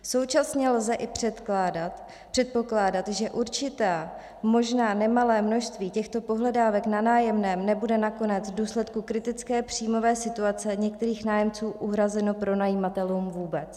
Současně lze i předpokládat, že určité, možná nemalé, množství těchto pohledávek na nájemném nebude nakonec v důsledku kritické příjmové situace některých nájemců uhrazeno pronajímatelům vůbec.